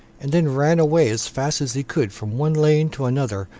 and then ran away as fast as he could from one lane to another,